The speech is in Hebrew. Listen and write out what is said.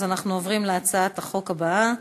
אנחנו עוברים להצעת החוק הבאה: